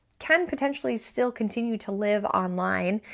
can potentially still continue to live online.